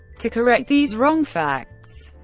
to correct these wrong facts.